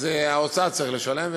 האוצר צריך לשלם,